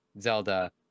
Zelda